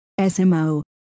SMO